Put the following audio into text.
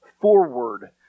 Forward